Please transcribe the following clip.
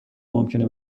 ممکنه